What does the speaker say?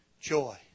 joy